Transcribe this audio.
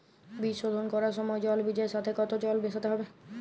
বীজ শোধন করার সময় জল বীজের সাথে কতো জল মেশাতে হবে?